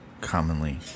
commonly